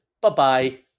Bye-bye